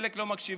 חלק לא מקשיבים,